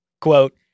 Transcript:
Quote